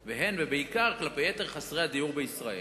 והן, ובעיקר, כלפי יתר חסרי הדיור בישראל,